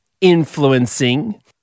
influencing